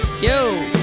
Yo